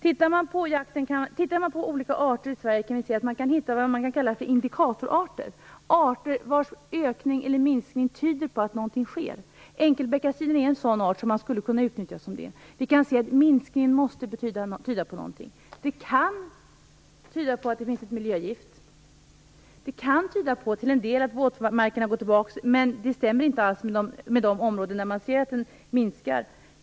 Tittar vi på olika arter i Sverige kan vi se att det finns vad man kan kalla för indikatorarter, arter vars ökning eller minskning tyder på att någonting sker. Enkelbeckasinen är en sådan art. Minskningen måste tyda på någonting. Den kan tyda på att det finns ett miljögift. Den kan till en del bero på att våtmarkerna har gått tillbaka, men det stämmer inte alls med de områden där man ser att arten minskar.